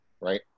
right